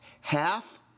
half